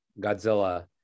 Godzilla